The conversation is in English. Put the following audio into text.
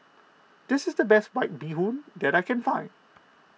this is the best White Bee Hoon that I can find